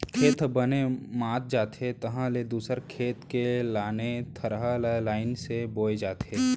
खेत ह बने मात जाथे तहाँ ले दूसर खेत के लाने थरहा ल लईन से बोए जाथे